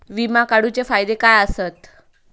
विमा काढूचे फायदे काय आसत?